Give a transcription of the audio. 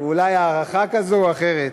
ואולי הערכה כזאת או אחרת.